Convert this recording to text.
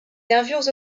nervures